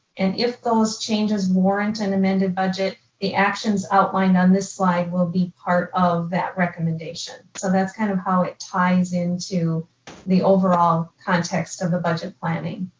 and if those changes warrant an amended budget, the actions outlined on this slide will be part of that recommendation. so that's kind of how it ties into the overall context of the budget planning.